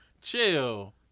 Chill